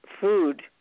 food